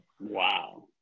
Wow